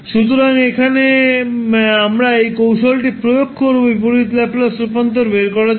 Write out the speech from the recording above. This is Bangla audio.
সুতরাং এখানে আমরা এই কৌশলটি প্রয়োগ করব বিপরীত ল্যাপ্লাস রূপান্তর বের করার জন্য